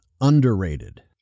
underrated